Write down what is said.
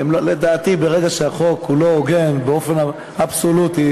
לדעתי, ברגע שהחוק הוא לא הוגן באופן אבסולוטי,